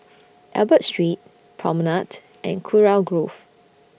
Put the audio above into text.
Albert Street Promenade and Kurau Grove